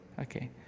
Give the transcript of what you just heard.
okay